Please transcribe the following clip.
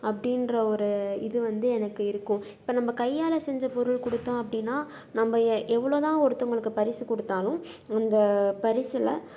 அப்படின்ற ஒரு இது வந்து எனக்கு இருக்கும் இப்போ நம்ம கையால் செஞ்ச பொருள் கொடுத்தோம் அப்படினால் நம்ம எ எவ்வளோ தான் ஒருத்தங்களுக்கு பரிசு கொடுத்தாலும் அந்த பரிசில்